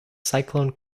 cyclone